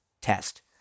test